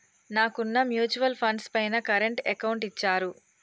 నాకున్న mutual funds పైన current account ఇచ్చారు